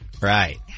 Right